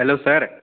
hello sir